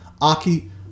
Aki